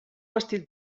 vestit